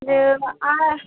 এ আর